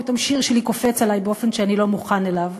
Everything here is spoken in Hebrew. ופתאום שיר שלי קופץ עלי באופן שאני לא מוכן אליו,